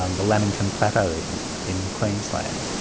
um the lamington plateau even in queensland.